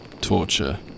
torture